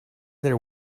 there